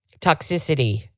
toxicity